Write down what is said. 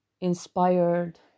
inspired